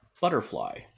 Butterfly